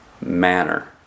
manner